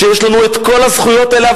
שיש לנו כל הזכויות עליה,